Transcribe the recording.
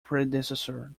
predecessor